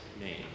name